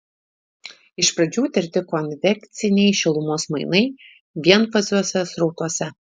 iš pradžių tirti konvekciniai šilumos mainai vienfaziuose srautuose